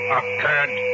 occurred